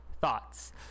thoughts